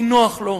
כי נוח לו,